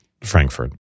Frankfurt